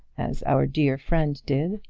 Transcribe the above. as our dear friend did.